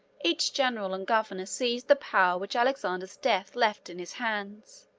each general and governor seized the power which alexander's death left in his hands,